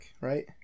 right